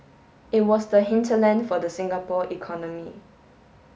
it was the hinterland for the Singapore economy